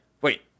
wait